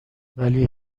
ولی